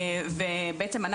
בעצם,